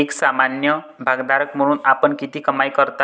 एक सामान्य भागधारक म्हणून आपण किती कमाई करता?